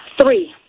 Three